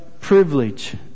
privilege